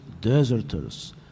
deserters